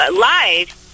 live